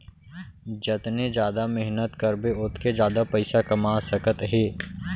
जतने जादा मेहनत करबे ओतके जादा पइसा कमा सकत हे